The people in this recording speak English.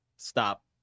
stop